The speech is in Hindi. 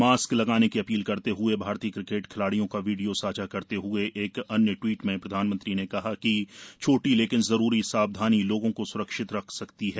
मास्क लगाने की अपील करते हए भारतीय क्रिकेट खिलाड़ियों का वीडियो साझा करते हए एक अन्य ट्वीट में प्रधानमंत्री ने कहा कि छोटी लेकिन जरूरी सावधानी लोगों को स्रक्षित रख सकती है